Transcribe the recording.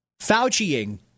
Fauciing